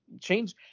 change